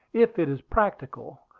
if it is practicable,